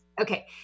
Okay